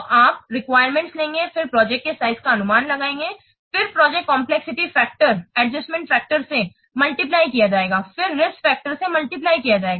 तो आप रिक्वायरमेंट्स लेंगे फिर प्रोजेक्ट के साइज का अनुमान लगाएंगे फिर प्रोजेक्ट कम्प्लेक्सिटी एडजस्टमेंट फैक्टर्स से मल्टीप्लय किया जाएगा फिर रिस्क्स फैक्टर्स से मल्टीप्लय किया जाएगा